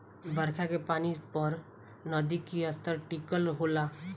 बरखा के पानी पर नदी के स्तर टिकल होला